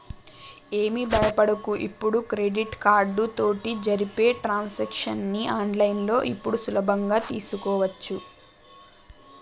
ఏమి భయపడకు ఇప్పుడు క్రెడిట్ కార్డు తోటి జరిపే ట్రాన్సాక్షన్స్ ని ఆన్లైన్లో ఇప్పుడు సులభంగా చేసుకోవచ్చు